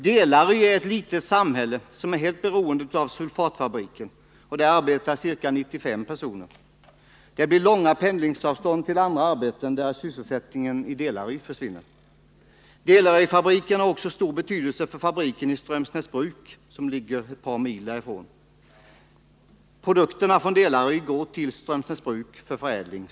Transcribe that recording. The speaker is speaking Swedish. Delary är ett litet samhälle som är helt beroende av sulfatfabriken, där ca 95 personer arbetar. Det blir långa pendlingsavstånd till andra arbeten, därest sysselsättningen i Delary försvinner. Delaryfabriken har också stor betydelse för fabriken i Strömsnäsbruk, som ligger ett par mil därifrån, eftersom stora delar av produktionen går dit för förädling.